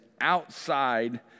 outside